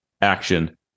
action